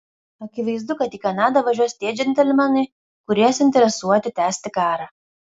akivaizdu kad į kanadą važiuos tie džentelmenai kurie suinteresuoti tęsti karą